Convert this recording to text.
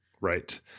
Right